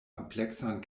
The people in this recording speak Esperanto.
ampleksan